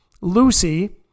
Lucy